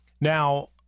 Now